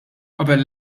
qabel